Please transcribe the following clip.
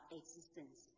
existence